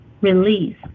release